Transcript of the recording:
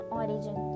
origin